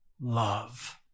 love